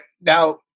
now